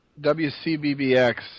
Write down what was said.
WCBBX